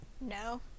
no